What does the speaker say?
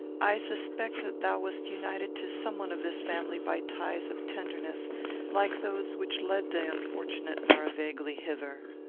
i suspect that thou wast united to some one of this family by ties of tenderness like those which led the unfortunate maravegli hither.